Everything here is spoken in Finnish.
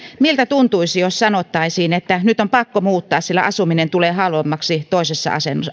miltä tuntuisi jos sanottaisiin että nyt on pakko muuttaa sillä asuminen tulee halvemmaksi toisessa